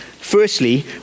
Firstly